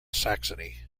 saxony